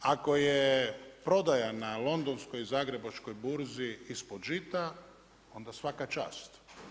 Ako je prodaja na Londonskoj i Zagrebačkoj burzi ispod žita onda svaka čast.